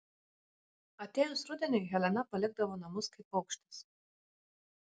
atėjus rudeniui helena palikdavo namus kaip paukštis